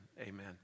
amen